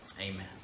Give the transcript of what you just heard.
Amen